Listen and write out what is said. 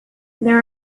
there